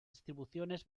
distribuciones